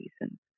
reasons